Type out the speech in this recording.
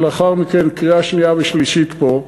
ולאחר מכן קריאה שנייה ושלישית פה,